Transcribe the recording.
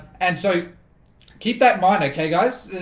and so keep that mind. okay guys